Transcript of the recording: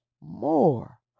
more